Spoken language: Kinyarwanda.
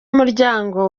muryango